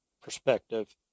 perspective